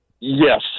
Yes